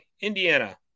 Indiana